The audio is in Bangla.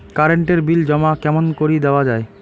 কারেন্ট এর বিল জমা কেমন করি দেওয়া যায়?